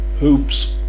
hoops